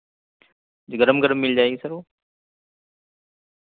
جی گرم گرم مل جائے گی سر وہ